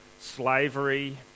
slavery